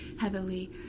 heavily